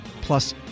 plus